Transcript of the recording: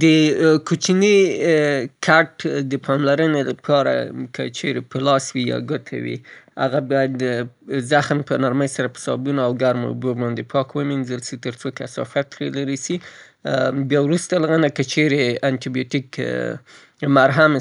د یوه کوچني کټ یا سکرپ د پاره ددې په خاطر څې د هغه د میکربوي کیدو نه جلوګیري وسي، او یا یې د اېنفېکشن مخنیوي وسي تاسې کولای سئ که صابون سره، هغه او ګرمو اوبو سره هغه ومینځئ او نرمی سره هغه ځای پاک کئ، او په یو نرم ټوټه باندې وچ کئ او یا هم د انتي بیوټیک مرهم